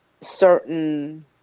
certain